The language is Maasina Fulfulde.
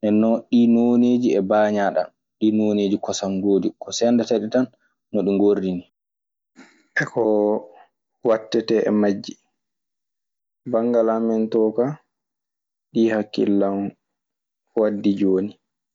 ɗii nooneeji e bañaaɗam. Ko ceendata ndi tan no ɗi ngordini e ko wattetee e majji. Banngal amen too ka, ɗii hakkillan waddi jooni.